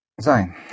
Sein